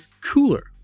Cooler